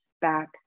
back